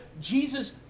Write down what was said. jesus